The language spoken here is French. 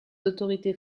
autorités